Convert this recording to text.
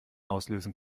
auslösen